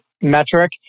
metric